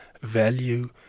value